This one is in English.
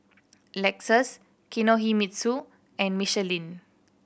Lexus Kinohimitsu and Michelin